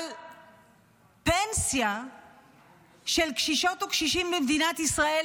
אבל פנסיה של קשישות וקשישים במדינת ישראל